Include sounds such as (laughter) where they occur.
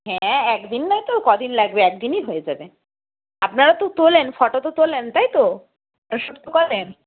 হ্যাঁ এক দিন নয়তো কদিন লাগবে এক দিনই হয়ে যাবে আপনারা তো তোলেন ফটো তো তোলেন তাই তো (unintelligible) করেন